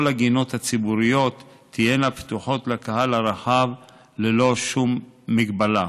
כל הגינות הציבוריות תהיינה פתוחות לקהל הרחב ללא שום מגבלה.